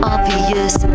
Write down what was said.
Obvious